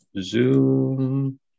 Zoom